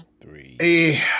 three